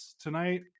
tonight